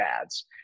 ads